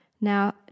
Now